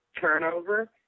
turnover